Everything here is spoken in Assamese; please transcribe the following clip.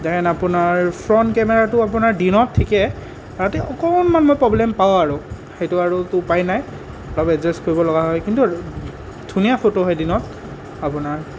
দেন আপোনাৰ ফ্ৰণ্ট কেমেৰাটো আপোনাৰ দিনত ঠিকে ৰাতি অকণমান মই প্ৰ'ব্লেম পাওঁ আৰু সেইটো আৰু তো উপায় নাই অলপ এডজাষ্ট কৰিব লগা হয় কিন্তু ধুনীয়া ফটো হয় দিনত আপোনাৰ